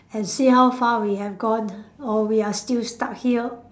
and see how far we have gone or we are still stuck here